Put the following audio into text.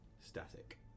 static